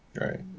Right